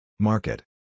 Market